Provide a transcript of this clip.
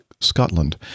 Scotland